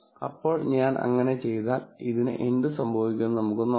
ഇപ്പോൾ ഞാൻ അങ്ങനെ ചെയ്താൽ ഇതിന് എന്ത് സംഭവിക്കുമെന്ന് നമുക്ക് നോക്കാം